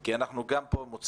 כי אנחנו מוצפים